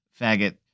faggot